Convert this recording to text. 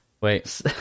Wait